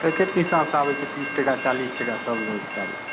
पैकेटके हिसाब से आबै छै तीस टका चालीस टका सब रेटके